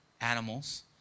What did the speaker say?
animals